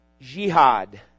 jihad